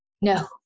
No